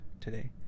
today